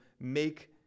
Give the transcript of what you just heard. make